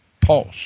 pulse